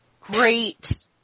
great